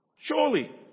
Surely